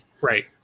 Right